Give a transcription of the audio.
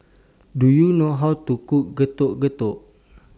Do YOU know How to Cook Getuk Getuk